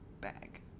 bag